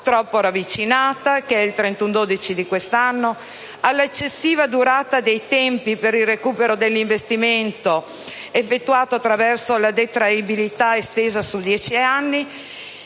troppo ravvicinata, stabilita nel 31 dicembre di quest'anno, all'eccessiva durata dei tempi per il recupero dell'investimento effettuato attraverso la detraibilità estesa su dieci anni